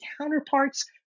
counterparts